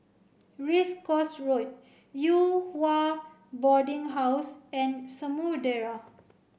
Race Course Road Yew Hua Boarding House and Samudera